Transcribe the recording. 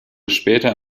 später